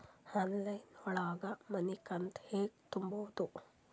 Online ಒಳಗ ಮನಿಕಂತ ಹ್ಯಾಂಗ ತುಂಬುದು?